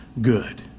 good